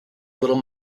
little